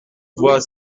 voir